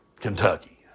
Kentucky